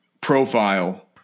profile